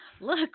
Look